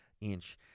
inch